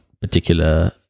particular